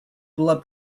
blood